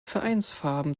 vereinsfarben